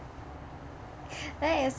that is